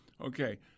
Okay